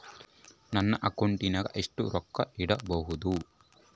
ನನ್ನ ಅಕೌಂಟಿನಾಗ ಎಷ್ಟು ರೊಕ್ಕ ಇಡಬಹುದು?